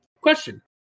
Question